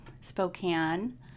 Spokane